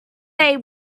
they